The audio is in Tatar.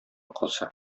калса